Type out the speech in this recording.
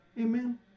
Amen